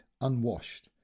unwashed